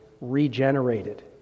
regenerated